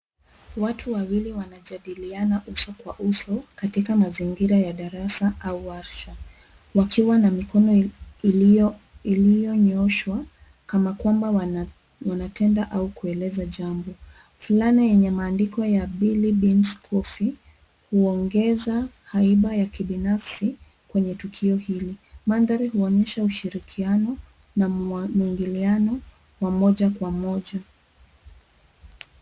Watu wawili wanajadiliana uso kwa uso katika mazingira ya darasa au warsha. Wakiwa na mikono iliyo nyooshwa kama kwamba wanatenda au kueleza jambo. Fulana yenye maandiko billy beans coffee, huongeza haiba ya kibinafsi kwenye tukio hili. Mandhari huonyesha ushirikiano na mwingiliano wa moja kwa moja.